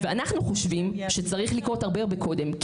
ואנחנו חושבים שצריך לקרות הרבה קודם.